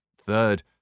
Third